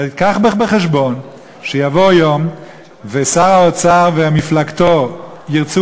קח בחשבון שיבוא יום ושר האוצר ומפלגתו ירצו